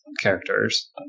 characters